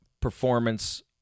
performance